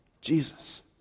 Jesus